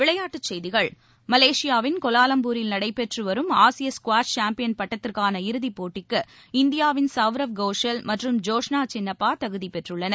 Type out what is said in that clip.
விளையாட்டுச்செய்திகள் மலேஷியாவின் கோவாலம்பூரில் நடைபெற்று வரும் ஆசிய ஸ்குவாஷ் சாம்பியன் பட்டத்திற்கான இறுதிப் போட்டிக்கு இந்தியாவின் சவ்ரவ் கோஷல் மற்றும் ஜோஷ்னா சின்னப்பா தகுதி பெற்றுள்ளனர்